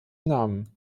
namen